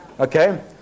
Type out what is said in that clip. Okay